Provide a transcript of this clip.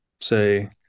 say